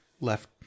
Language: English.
left